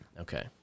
Okay